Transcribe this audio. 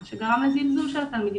מה שגרם לזלזול של התלמידים.